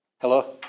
Hello